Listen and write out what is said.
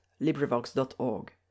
LibriVox.org